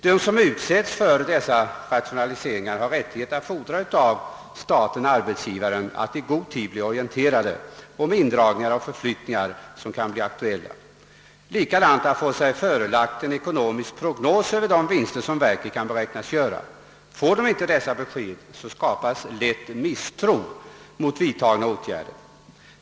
De som blir föremål för dessa rationaliseringar kan fordra att staten-arbetsgivaren i god tid orienterar dem om de indragningar och förflyttningar som kan bli aktuella, och likaså kan de kräva att få en ekonomisk prognos över de vinster som verket kan beräknas göra. Får vederbörande inte dessa besked skapas lätt misstro mot vidtagna åtgärder.